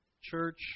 church